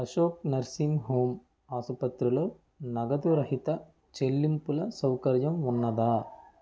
Ashok nursing home ఆసుపత్రిలో నగదురహిత చెల్లింపుల సౌకర్యం ఉన్నదా